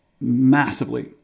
Massively